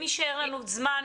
אם יישאר לנו זמן,